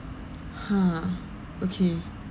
ha okay